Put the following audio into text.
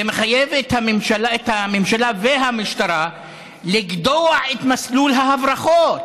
זה מחייב את הממשלה והמשטרה לגדוע את מסלול ההברחות